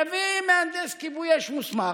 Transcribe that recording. יביא מהנדס כיבוי אש מוסמך,